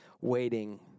waiting